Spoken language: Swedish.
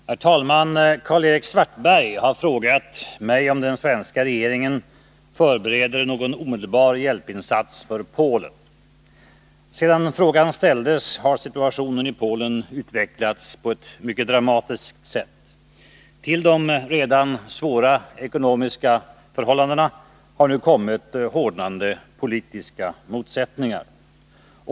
Herr talman! Karl-Erik Svartberg har frågat mig om den svenska regeringen förbereder någon omedelbar hjälpinsats för Polen. Sedan frågan ställdes har situationen i Polen utvecklats på ett mycket dramatiskt sätt. Till de redan svåra ekonomiska förhållandena har nu kommit hårdnande politiska motsättningar.